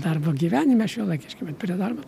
darbo gyvenime šiuolaikiški vat prie darbo